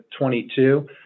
22